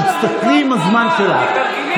תסתכלי על הזמן שלך.